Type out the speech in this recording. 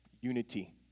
unity